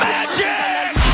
Magic